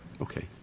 Okay